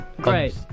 Great